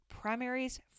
Primaries